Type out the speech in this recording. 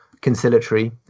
conciliatory